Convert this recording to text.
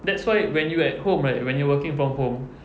that's why when you at home right when you working from home